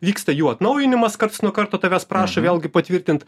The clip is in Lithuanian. vyksta jų atnaujinimas karts nuo karto tavęs prašo vėlgi patvirtint